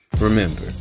Remember